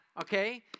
okay